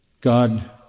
God